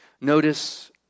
Notice